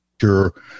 sure